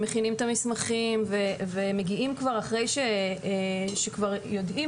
מכינים את המסמכים ומגיעים אחרי שכבר יודעים